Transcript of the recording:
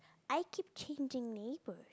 I keep changing neighbour